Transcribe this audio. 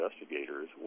investigators